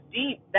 deep